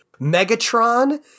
Megatron